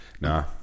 Nah